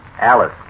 Alice